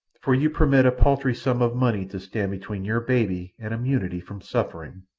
for you permit a paltry sum of money to stand between your baby and immunity from suffering.